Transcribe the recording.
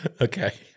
Okay